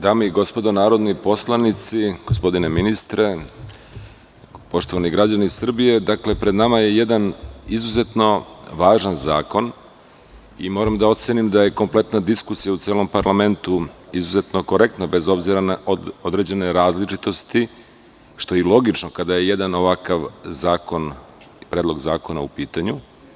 Dame i gospodo narodni poslanici, gospodine ministre, poštovani građani Srbije, dakle, pred nama je jedan izuzetno važan zakon i moram da ocenim da je kompletna diskusija u celom parlamentu izuzetno korektna, bez obzira na određene različitosti, što je i logično kada je jedan ovakav Predlog zakona u pitanju.